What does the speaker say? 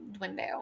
window